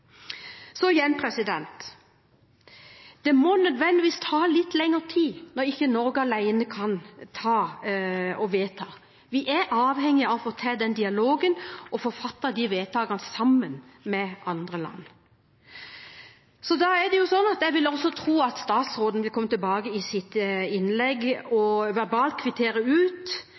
kan vedta dette. Vi er avhengig av å få til en dialog og få fattet disse vedtakene sammen med andre land. Jeg vil tro at statsråden vil komme tilbake i sitt innlegg og verbalt kvittere ut